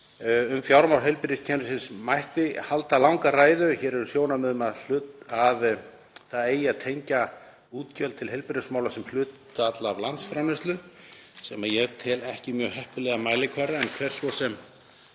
Um fjármál heilbrigðiskerfisins mætti halda langa ræðu. Hér eru sjónarmið um að það eigi að tengja útgjöld til heilbrigðismála sem hlutfall af landsframleiðslu, sem ég tel ekki mjög heppilegan mælikvarða, en hver svo sem